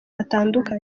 batandukanye